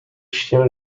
chiens